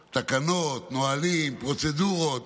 תקנות, נהלים, פרוצדורות.